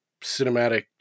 cinematic